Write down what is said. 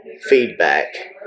feedback